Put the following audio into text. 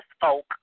folk